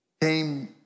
came